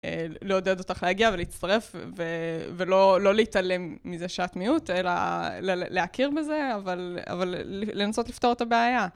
לעודד אותך להגיע ולהצטרף ולא להתעלם מזה שאת מיעוט, אלא להכיר בזה, אבל לנסות לפתור את הבעיה.